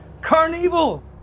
Carnival